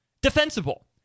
Defensible